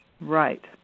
Right